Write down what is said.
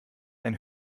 ein